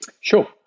Sure